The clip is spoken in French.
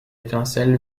étincelle